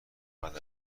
انقد